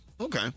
Okay